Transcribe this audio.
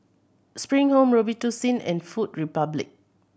Spring Home Robitussin and Food Republic